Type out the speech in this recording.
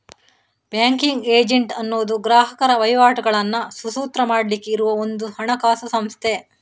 banking agent ಅನ್ನುದು ಗ್ರಾಹಕರ ವಹಿವಾಟುಗಳನ್ನ ಸುಸೂತ್ರ ಮಾಡ್ಲಿಕ್ಕೆ ಇರುವ ಒಂದು ಹಣಕಾಸು ಸಂಸ್ಥೆ